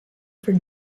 for